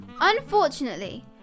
Unfortunately